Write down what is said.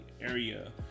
area